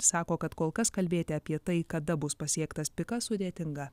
sako kad kol kas kalbėti apie tai kada bus pasiektas pikas sudėtinga